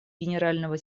генерального